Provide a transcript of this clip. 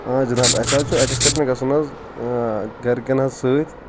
آ جناب اسہ حَظ چھُ ایٚکٕسکرشن گژھُن حظ گرِکٮ۪ن حظ سۭتی